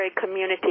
community